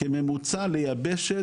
כממוצע ליבשת,